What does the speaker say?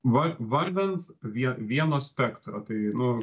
va vardan vie vieno spekto tai nu